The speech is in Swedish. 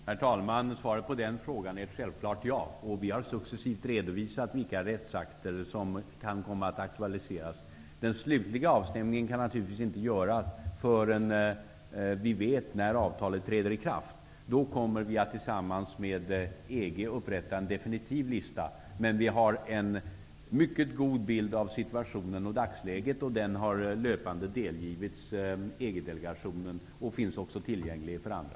Herr talman! Svaret på den frågan är självfallet ja. Det har successivt redovisats vilka rättsakter som kan komma att aktualiseras. Den slutliga avstämningen kan naturligtvis inte göras förrän vi vet när avtalet träder i kraft. Då kommer vi att tillsammans med EG upprätta en definitiv lista. Men vi har en mycket god bild av situationen och dagsläget. Den har löpande delgivits EG delegationen, och den finns också tillgänglig för andra.